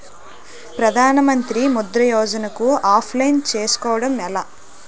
ప్రధాన మంత్రి ముద్రా యోజన కు అప్లయ్ చేసుకోవటం ఎలా?